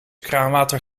kraanwater